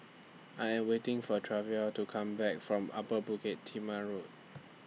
I Am waiting For Treva to Come Back from Upper Bukit Timah Road